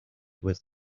was